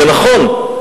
זה נכון,